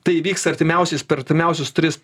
tai įvyks artimiausiais per artimiausius tris